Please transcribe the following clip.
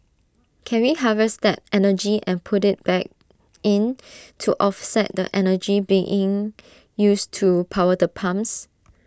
can we harvest that energy and put IT back in to offset the energy being used to power the pumps